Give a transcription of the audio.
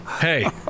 hey